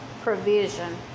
provision